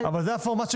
זה הפורמט.